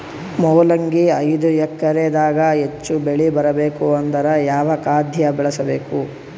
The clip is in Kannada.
ಮೊಲಂಗಿ ಐದು ಎಕರೆ ದಾಗ ಹೆಚ್ಚ ಬೆಳಿ ಬರಬೇಕು ಅಂದರ ಯಾವ ಖಾದ್ಯ ಬಳಸಬೇಕು?